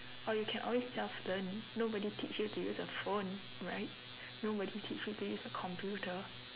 or you can always self learn nobody teach you to use a phone right nobody teach you to use a computer